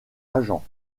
agent